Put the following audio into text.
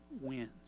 wins